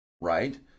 right